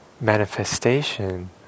manifestation